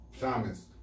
Thomas